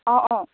অঁ অঁ